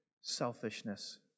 selfishness